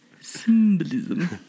Symbolism